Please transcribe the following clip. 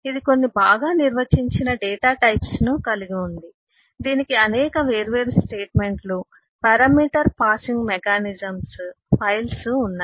ఇది కొన్ని బాగా నిర్వచించిన డేటాటైప్స్ ను కలిగి ఉంది దీనికి అనేక వేర్వేరు స్టేట్మెంట్లు పెరామీటర్ పాసింగ్ మెకానిజమ్స్ ఫైల్లు ఉన్నాయి